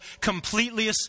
completely